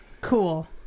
cool